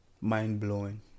mind-blowing